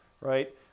right